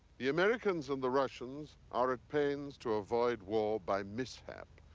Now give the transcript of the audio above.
the americans and the russians are at pains to avoid war by mishap,